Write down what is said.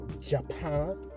Japan